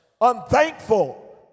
unthankful